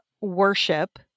worship